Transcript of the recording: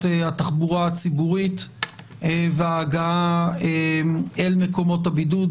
התחבורה הציבורית וההגעה אל מקומות הבידוד,